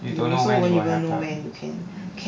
you don't know when it will happen